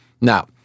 Now